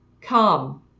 come